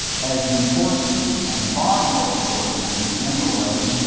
as important and far more important in a general way,